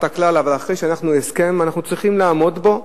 אחרי שיש הסכם אנחנו צריכים לעמוד בו?